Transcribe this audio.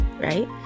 right